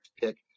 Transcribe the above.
pick